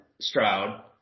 Stroud